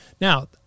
Now